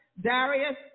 Darius